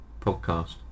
podcast